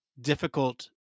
difficult